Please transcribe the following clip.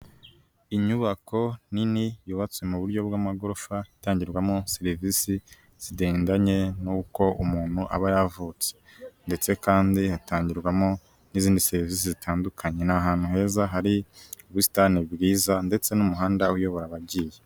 Inyubako nini yubatse mu buryo bw'amagorofa itangirwamo serivisi zidedanye n'uko umuntu aba yavutse ndetse kandi hatangirwamo n'izindi serivizi zitandukanye, ni ahantu heza hari ubusitani bwiza ndetse n'umuhanda uyobora abagiye.